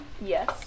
Yes